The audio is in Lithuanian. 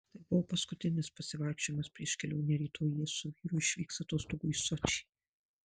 tai buvo paskutinis pasivaikščiojimas prieš kelionę rytoj jie su vyru išvyks atostogų į sočį